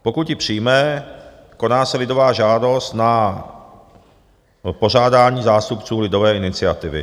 Pokud ji přijme, koná se lidová žádost na pořádání zástupců lidové iniciativy.